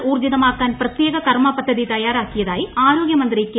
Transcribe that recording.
ഊർജ്ജിതമാക്കാൻ പ്രത്യേക കർമ്മ പദ്ധതി തയ്യാറാക്കിയതായി ആരോഗൃക്കമന്ത്രി കെ